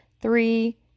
three